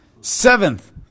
Seventh